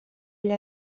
gli